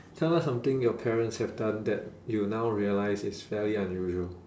tell us something your parents have done that you now realise is fairly unusual